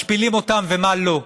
משפילים אותם ומה לא.